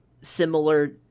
similar